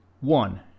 One